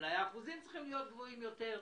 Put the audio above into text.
אולי האחוזים צריכים להיות גבוהים יותר".